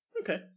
Okay